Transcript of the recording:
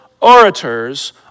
orators